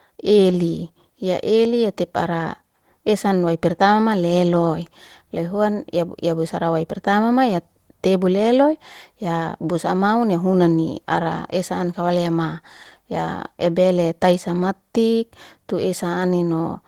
ely ya ely atip ara esen wai pertama leloy, loy huan ya- ya boi sara pertamama tebu leloy ya busama maun ya hunani ara esa'an kawalyama, ya ebele taisamatik tu esa anaino